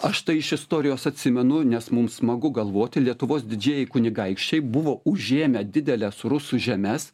aš tai iš istorijos atsimenu nes mums smagu galvoti lietuvos didieji kunigaikščiai buvo užėmę dideles rusų žemes